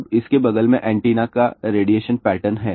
अब इसके बगल में एंटीना का रेडिएशन पैटर्न है